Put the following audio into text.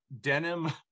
denim